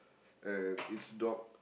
and it's dog